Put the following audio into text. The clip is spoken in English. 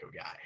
guy